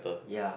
ya